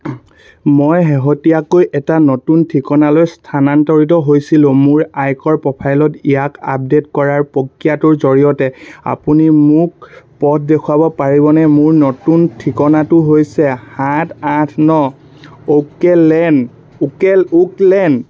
মই শেহতীয়াকৈ এটা নতুন ঠিকনালৈ স্থানান্তৰিত হৈছিলোঁ মোৰ আয়কৰ প্ৰফাইলত ইয়াক আপডেট কৰাৰ প্ৰক্ৰিয়াটোৰ জৰিয়তে আপুনি মোক পথ দেখুৱাব পাৰিবনে মোৰ নতুন ঠিকনাটো হৈছে সাত আঠ ন ওক লেন